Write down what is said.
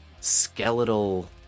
skeletal